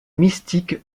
mystiques